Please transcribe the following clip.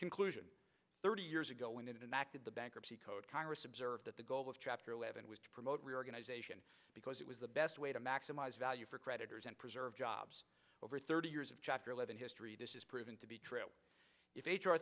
conclusion thirty years ago in an act of the bankruptcy code congress observed that the goal of chapter eleven was to promote reorganization because it was the best way to maximize value for creditors and preserve jobs over thirty years of chapter eleven history this is proven to be true if h